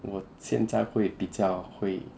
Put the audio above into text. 我现在会比较会